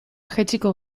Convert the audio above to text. jaitsiko